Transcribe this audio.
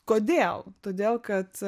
kodėl todėl kad